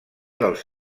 dels